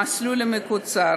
המסלול המקוצר